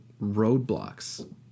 roadblocks